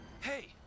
Hey